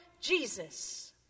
Jesus